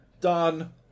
done